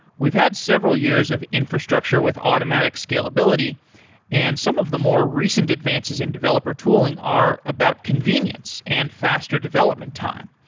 we've had several years of infrastructure with automatic scalability and some of the more recent advances in developer tooling are about convenience and faster development time.